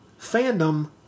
fandom